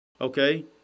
okay